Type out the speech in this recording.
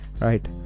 right